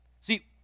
See